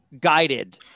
guided